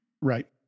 Right